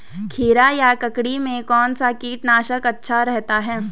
खीरा या ककड़ी में कौन सा कीटनाशक अच्छा रहता है?